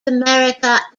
america